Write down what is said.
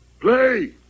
Play